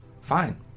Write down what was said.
Fine